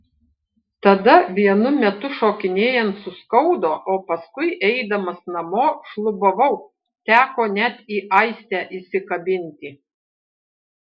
tada vienu metu šokinėjant suskaudo o paskui eidamas namo šlubavau teko net į aistę įsikabinti